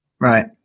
Right